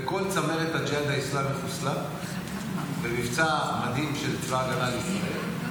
וכל צמרת הג'יהאד האסלאמי חוסלה במבצע מדהים של צבא הגנה לישראל.